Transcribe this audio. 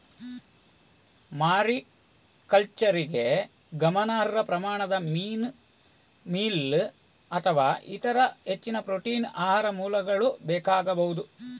ಮಾರಿಕಲ್ಚರಿಗೆ ಗಮನಾರ್ಹ ಪ್ರಮಾಣದ ಮೀನು ಮೀಲ್ ಅಥವಾ ಇತರ ಹೆಚ್ಚಿನ ಪ್ರೋಟೀನ್ ಆಹಾರ ಮೂಲಗಳು ಬೇಕಾಗಬಹುದು